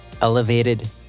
Elevated